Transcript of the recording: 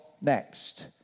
next